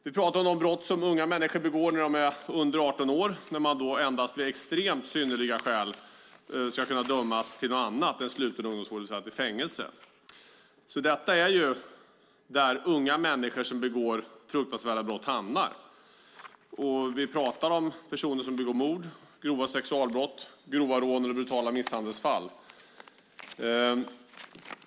Vi talar om brott som begås när man är under 18 år och där man endast vid extremt synnerliga skäl ska kunna dömas till annat än sluten ungdomsvård och bli satt i fängelse. Det här är där unga människor som begår fruktansvärda brott hamnar. Vi talar om mord, grova sexualbrott, grova rån och brutala misshandelsfall.